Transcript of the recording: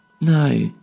no